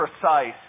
Precise